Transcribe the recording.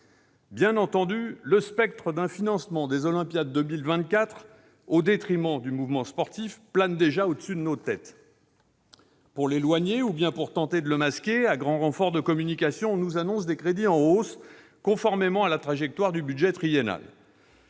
Bien entendu, le spectre d'un financement des Olympiades 2024 au détriment du mouvement sportif plane déjà au-dessus de nos têtes. Pour l'éloigner ou tenter de le masquer, on nous annonce, à grand renfort de communication, des crédits en hausse, conformément à la trajectoire du budget triennal.